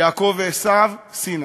יעקב ועשיו, שנאה,